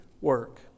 work